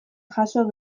jaso